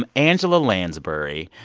um angela lansbury,